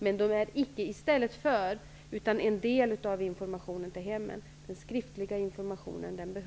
Men dessa samtal är icke i stället för utan en del av informationen till hemmen. Den skriftliga informationen behövs också.